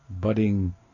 budding